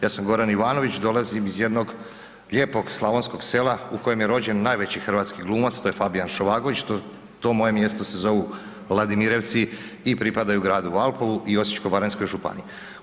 Ja sam Goran Ivanović, dolazim iz jednog lijepog slavonskog sela u kojem je rođen najveći hrvatski glumac, to je Fabijan Šovagović, to moje mjesto se zovu Ladimirovci i pripadaju gradu Valpovu i Osječko-baranjskoj županiji.